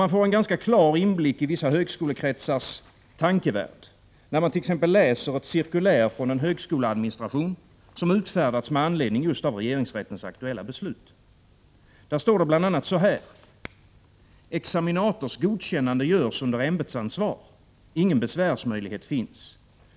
Man får en ganska klar inblick i vissa högskolekretsars tankevärld, t.ex. när man läser ett cirkulär från en högskoleadministration som utfärdats med anledning just av regeringsrättens aktuella beslut. I cirkuläret står det bl.a. så här: ”Examinators godkännande görs under ämbetsansvar. Ingen besvärsmöjlighet finns.